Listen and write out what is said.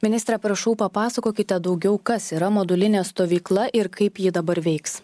ministre prašau papasakokite daugiau kas yra modulinė stovykla ir kaip ji dabar veiks